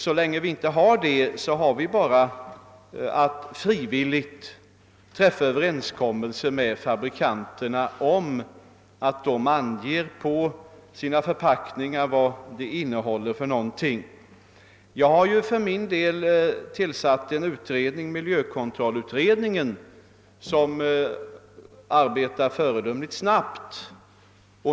Så länge vi inte har det har vi bara att frivilligt träffa överenskommelser med fabrikanterna om att de på sina förpackningar skall ange vad dessa innehåller. Jag har tillsatt en utredning, miljökontrollutredningen, som arbetar föredömligt snabbt.